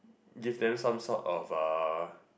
give them some sort of a